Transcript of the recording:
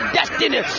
destiny